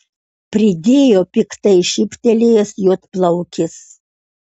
pridėjo piktai šyptelėjęs juodplaukis